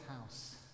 house